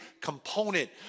component